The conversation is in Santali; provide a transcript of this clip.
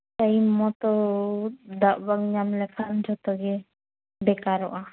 ᱴᱟᱭᱤᱢ ᱢᱚᱛᱚ ᱫᱟᱜ ᱵᱟᱝ ᱧᱟᱢ ᱞᱮᱠᱷᱟᱱ ᱡᱷᱚᱛᱚ ᱜᱮ ᱵᱮᱠᱟᱨᱚᱜᱼᱟ